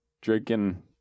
Drinking